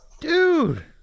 Dude